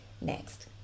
next